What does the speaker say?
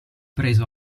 preso